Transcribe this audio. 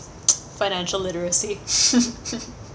financial literacy